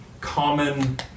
common